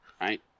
Right